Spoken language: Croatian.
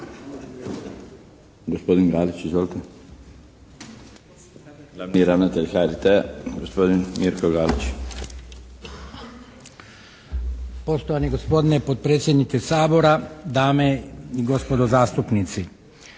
Gospodin Galić. Izvolite! Glavni ravnatelj HRT-a, gospodin Mirko Galić. **Galić, Mirko** Poštovani gospodine potpredsjedniče Sabora, dame i gospodo zastupnici.